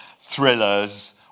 thrillers